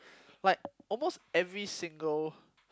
like almost every single